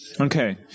okay